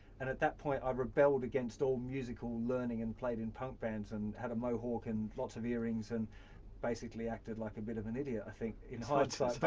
and at that point, i rebelled against all musical learning and played in punk bands and had a mohawk and lots of earrings and basically acted like a bit of an idiot, i think in hindsight.